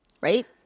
right